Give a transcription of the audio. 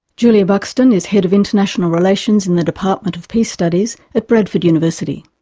julia buxton is head of international relations in the department of peace studies at bradford university.